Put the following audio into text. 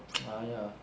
ah ya